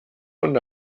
und